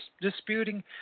disputing